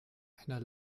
einer